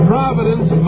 Providence